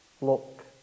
Look